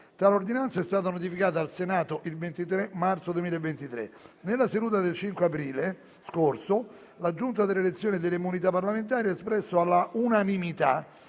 Tale ordinanza è stata notificata al Senato il 23 marzo 2023. Nella seduta del 5 aprile 2023, la Giunta delle elezioni e delle immunità parlamentari ha espresso, all'unanimità,